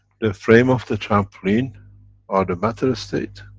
the frame of the trampoline are the matter-state.